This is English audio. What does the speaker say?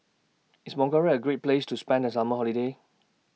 IS A Great Place to spend The Summer Holiday